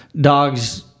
dogs